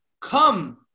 come